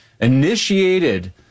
initiated